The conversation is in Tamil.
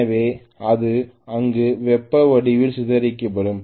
எனவே அது அங்கு வெப்ப வடிவில் சிதறடிக்கப்படும்